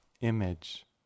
image